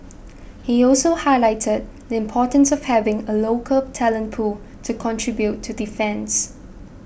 he also highlighted the importance of having a local talent pool to contribute to defence